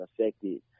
affected